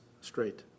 straight